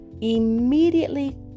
immediately